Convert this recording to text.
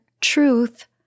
truth